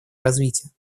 развития